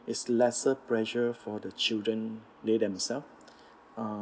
is lesser pressure for the children they themselves uh